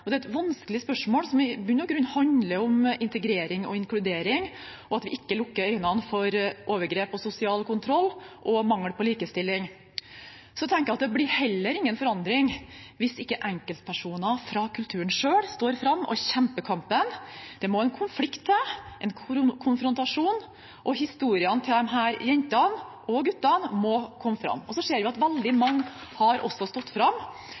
er vanskelige spørsmål som i bunn og grunn handler om integrering og inkludering, og at vi ikke lukker øynene for overgrep, sosial kontroll og mangel på likestilling. Jeg tenker at det heller ikke blir noen forandring om ikke enkeltpersoner fra kulturen selv står fram og kjemper kampen. Det må en konflikt til, en konfrontasjon, og historiene til disse jentene og guttene må komme fram. Vi ser at veldig mange har stått fram: